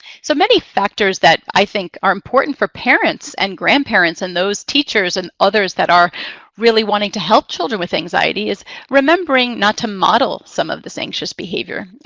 so many factors that i think are important for parents and grandparents and those teachers and others that are really wanting to help children with anxiety is remembering not to model some of this anxious behavior.